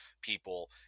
people